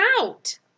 out